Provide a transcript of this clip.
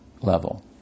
level